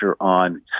on